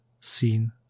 seen